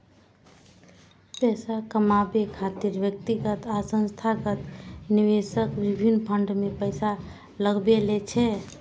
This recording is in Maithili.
पैसा कमाबै खातिर व्यक्तिगत आ संस्थागत निवेशक विभिन्न फंड मे पैसा लगबै छै